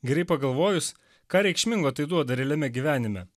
gerai pagalvojus ką reikšmingo tai duoda realiame gyvenime